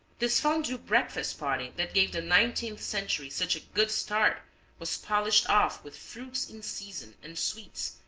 this fondue breakfast party that gave the nineteenth century such a good start was polished off with fruits in season and sweets,